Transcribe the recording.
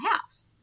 house